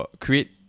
create